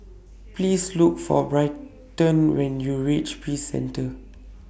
Please Look For Britton when YOU REACH Peace Centre